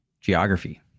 geography